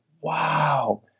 wow